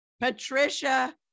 Patricia